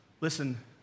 Listen